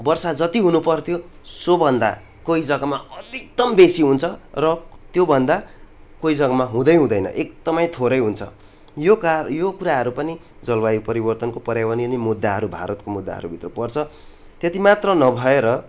वर्षा जति हुनु पऱ्थ्यो सोभन्दा कहिँ जग्गामा अधिकतम बेसी हुन्छ र क त्योभन्दा कोही जग्गामा हुँदै हुँदैन एकदमै थोरै हुन्छ यो कार यो कुराहरू पनि जलवायु परिवर्तनको पर्यावरणीय मुद्दाहरू भारतको मुद्दाहरूभित्र पर्छ त्यति मात्र नभएर